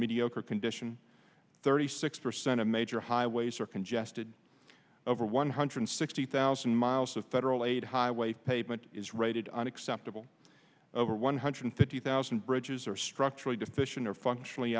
mediocre condition thirty six percent of major highways are congested over one hundred sixty thousand miles of federal aid highway pavement is rated unacceptable over one hundred fifty thousand bridges are structurally deficient or functionally